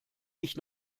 ich